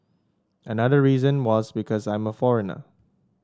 another reason was because I'm a foreigner